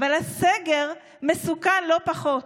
אבל הסגר מסוכן לא פחות.